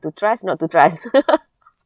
to trust not to trust